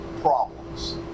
problems